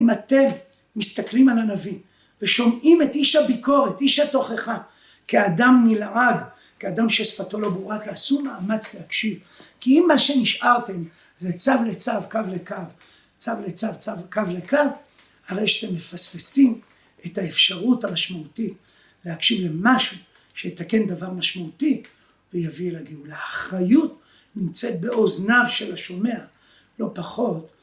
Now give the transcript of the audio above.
אם אתם מסתכלים על הנביא ושומעים את איש הביקורת, איש התוכחה כאדם נלעג, כאדם ששפתו לא ברורה, תעשו מאמץ להקשיב כי אם מה שנשארתם זה צו לצו, קו לקו, צו לצו, קו לקו, הרי שאתם מפספסים את האפשרות המשמעותית להקשיב למשהו שיתקן דבר משמעותי ויביא לגאולה האחריות נמצאת באוזניו של השומע, לא פחות